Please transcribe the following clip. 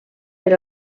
per